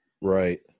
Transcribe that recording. Right